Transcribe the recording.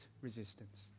resistance